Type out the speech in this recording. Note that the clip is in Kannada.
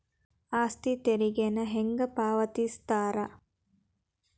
ಆಸ್ತಿ ತೆರಿಗೆನ ಹೆಂಗ ಪಾವತಿಸ್ತಾರಾ